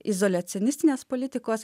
izoliacionistinės politikos